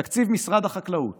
תקציב משרד החקלאות